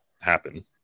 happen